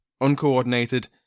uncoordinated